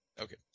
okay